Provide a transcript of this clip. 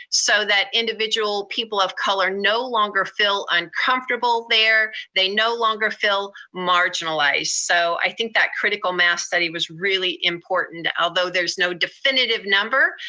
so that individual people of color no longer feel uncomfortable there. they no longer feel marginalized. so i think that critical mass study was really important, although there's no definitive number